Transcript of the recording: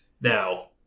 Now